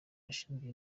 bashinzwe